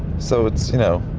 so it's, you know,